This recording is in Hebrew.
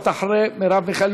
את אחרי חברת הכנסת מרב מיכאלי.